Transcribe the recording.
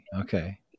Okay